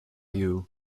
you